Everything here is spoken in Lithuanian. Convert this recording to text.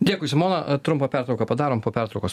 dėkui simona trumpą pertrauką padarom po pertraukos